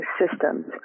systems